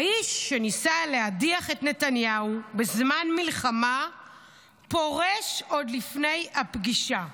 האיש שניסה להדיח את נתניהו בזמן מלחמה פורש עוד לפני הפגישה.